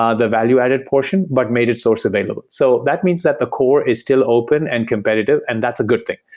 ah the value-added portion, but made its source available. so that means that the core is still open and competitive, and that's a good thing.